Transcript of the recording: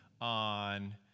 on